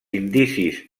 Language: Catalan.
indicis